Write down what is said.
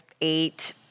eight